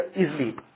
easily